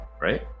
right